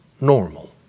normal